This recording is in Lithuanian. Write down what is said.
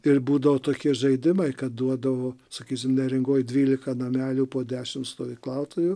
ir būdavo tokie žaidimai kad duodavo sakysim neringoj dvylika namelių po dešimt stovyklautojų